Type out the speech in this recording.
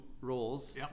roles